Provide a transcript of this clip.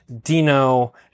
Dino